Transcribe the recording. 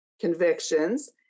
convictions